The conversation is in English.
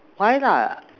why lah